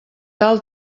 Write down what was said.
tal